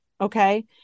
Okay